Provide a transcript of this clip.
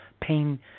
pain